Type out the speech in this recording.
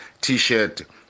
t-shirt